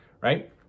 Right